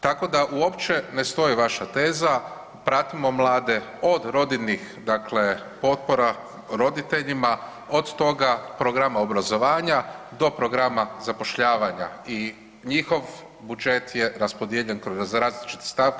Tako da uopće ne stoji vaša teza, pratimo mlade od rodiljnih dakle potpora roditeljima, od toga programa obrazovanja do programa zapošljavanja i njihov budžet je raspodijeljen kroz različite stavke.